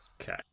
Okay